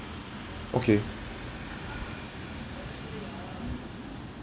okay